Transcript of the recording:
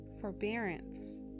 forbearance